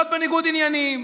להיות בניגוד עניינים,